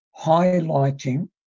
highlighting